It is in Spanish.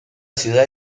ciudad